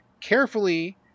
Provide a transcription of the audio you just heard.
carefully